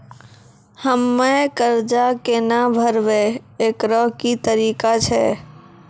हम्मय कर्जा केना भरबै, एकरऽ की तरीका छै?